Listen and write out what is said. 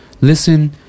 Listen